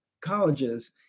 colleges